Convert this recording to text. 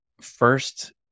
First